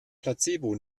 placebo